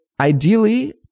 ideally